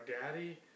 Daddy